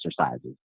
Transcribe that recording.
exercises